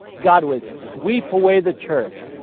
god would sweep away the church.